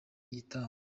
igitambo